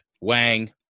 Wang